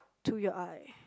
to your eye